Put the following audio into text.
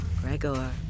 Gregor